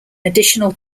additional